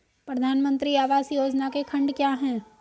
प्रधानमंत्री आवास योजना के खंड क्या हैं?